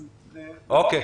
אוקיי.